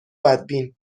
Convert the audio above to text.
بدبین